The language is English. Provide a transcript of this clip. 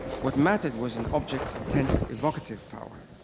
what mattered was an object's intense evocative power.